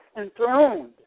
enthroned